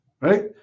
Right